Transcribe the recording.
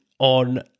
on